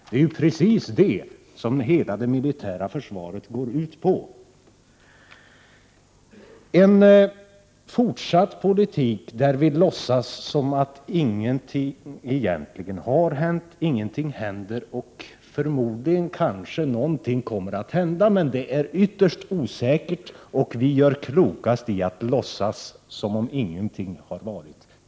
Det är ju precis det som hela det militära försvaret går ut på. Det är naturligtvis ohållbart att fortsätta att bedriva en politik i vilken vi låtsas som om ingenting egentligen har hänt, där vi säger att ingenting händer men att förmodligen någonting kanske kommer att hända — men detta är ytterst osäkert, och vi gör klokast i att tills vidare låtsas som om ingenting har skett.